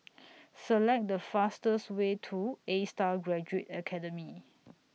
Select The fastest Way to A STAR Graduate Academy